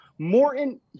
Morton